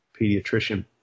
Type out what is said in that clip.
pediatrician